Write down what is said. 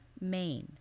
maine